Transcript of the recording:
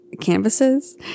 canvases